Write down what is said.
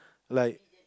like